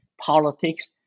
politics